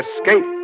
Escape